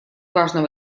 важном